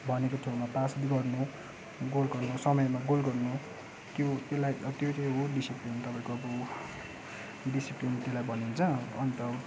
भनेको ठाउँमा पास गर्नु गोल गर्नु समयमा गोल गर्नु त्यो त्यसलाई त्यो चाहिँ हो डिसिप्लिन तपाईँको अब डिसिप्लिन चाहिँ त्यसलाई भनिन्छ अन्त